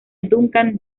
duncan